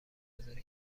منتظر